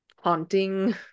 haunting